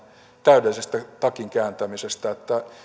täydellisestä takinkääntämisestä